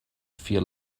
feel